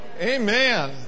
Amen